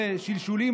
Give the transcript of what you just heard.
שלשולים,